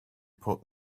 put